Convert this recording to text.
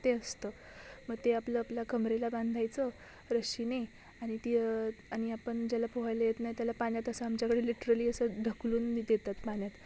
ते असतं मं ते आपलं आपल्या कमरेला बांधायचं आणि ती आणि आपन ज्याला पोहायला येत नाही त्याला पाण्यात असं आमच्याकडे लिटरली असं ढकलून नि देतात पाण्यात